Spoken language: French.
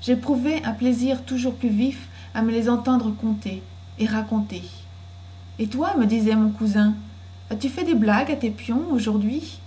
jéprouvais un plaisir toujours plus vif à me les entendre conter et raconter et toi me disait mon cousin as-tu fait des blagues à tes pions aujourdhui